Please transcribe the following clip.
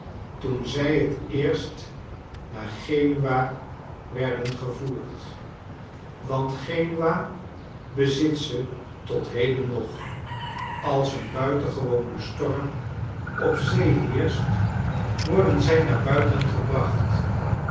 toen zij het eerst naar gen u a werden gevoerd want genua bezit ze tot heden nog als er een buitengewone storm op zee heerscht worden zij naar buiten gebracht